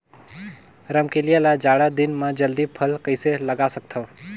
रमकलिया ल जाड़ा दिन म जल्दी फल कइसे लगा सकथव?